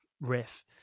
riff